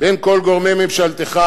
בין כל גורמי ממשלתך,